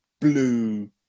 Blue